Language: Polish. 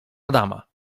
adama